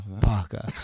Parker